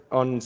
on